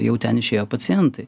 jau ten išėjo pacientai